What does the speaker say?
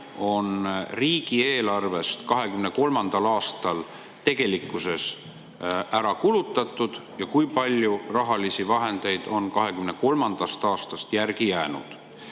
on riigieelarvest 2023. aastal tegelikkuses ära kulutatud, kui palju rahalisi vahendeid on 2023. aastast järgi jäänud